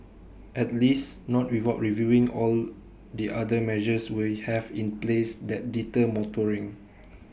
at least not without reviewing all the other measures we have in place that deter motoring